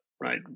right